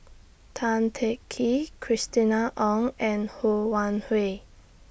Tan Teng Kee Christina Ong and Ho Wan Hui